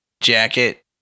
Jacket